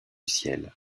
ciel